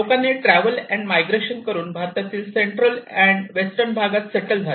लोकांनी travel and migration करून भारतातील सेंट्रल अँड वेस्टर्न भागात सेटल झाले